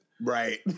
Right